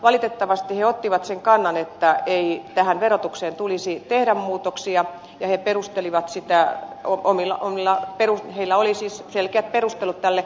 valitettavasti he ottivat sen kannan että tähän verotukseen ei tulisi tehdä muutoksia ja he perustelivat sitä onko milanon ja heillä oli selkeät perustelut tälle